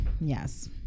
Yes